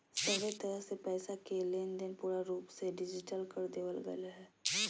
सभहे तरह से पैसा के लेनदेन पूरा रूप से डिजिटल कर देवल गेलय हें